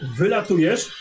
wylatujesz